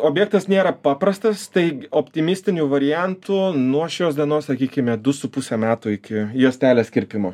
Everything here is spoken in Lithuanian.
objektas nėra paprastas tai optimistiniu variantu nuo šios dienos sakykime du su puse metų iki juostelės kirpimo